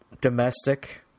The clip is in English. domestic